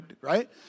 Right